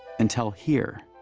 until here.